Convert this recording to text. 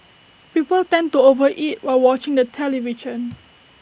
people tend to over eat while watching the television